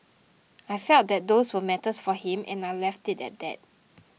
I felt that those were matters for him and I left it at that